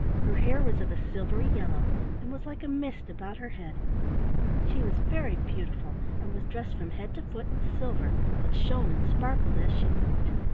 her hair was of a silvery yellow and was like a mist about her head she was very beautiful and was dressed from head to foot in silver that shone and sparkled as she moved.